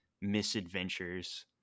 misadventures